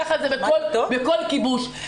כך זה בכל כיבוש.